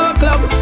club